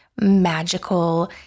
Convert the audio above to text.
magical